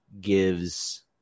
gives